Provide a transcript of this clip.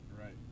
Right